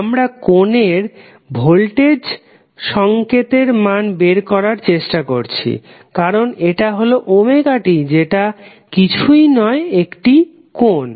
আমরা কোণের ভোল্টেজ সংকেত এর মান বের করার চেষ্টা করছি কারণ এটা হল t যেটা কিছুই নয় একটি কোণ